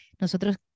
nosotros